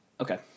okay